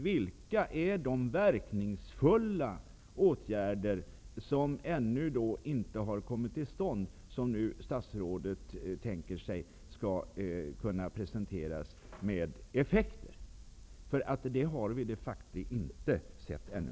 Vilka är de verkningsfulla åtgärder som ännu inte har kommit till stånd, som statsrådet nu tänker sig skall kunna presenteras? Vi har de facto inte sett dem ännu.